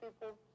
people